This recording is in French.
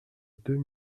deux